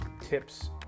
tips